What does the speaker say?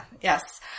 yes